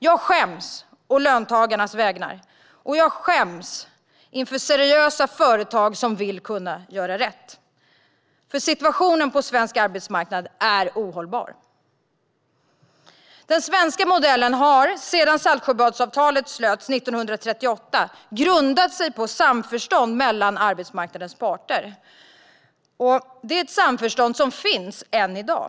Jag skäms inför löntagare och seriösa företag som vill kunna göra rätt, för situationen på svensk arbetsmarknad är ohållbar. Den svenska modellen har sedan Saltsjöbadsavtalet slöts 1938 grundat sig på samförstånd mellan arbetsmarknadens parter. Det är ett samförstånd som finns än i dag.